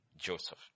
Joseph